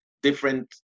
different